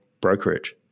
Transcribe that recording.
brokerage